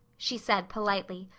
she said politely.